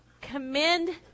commend